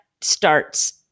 starts